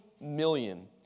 million